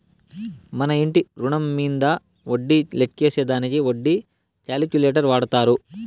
మన ఇంటి రుణం మీంద వడ్డీ లెక్కేసే దానికి వడ్డీ క్యాలిక్యులేటర్ వాడతారు